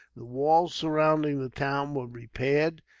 the walls surrounding the town were repaired,